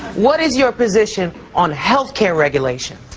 what is your position on healthcare regulation?